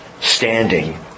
standing